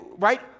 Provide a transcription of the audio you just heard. Right